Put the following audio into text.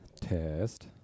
test